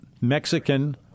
mexican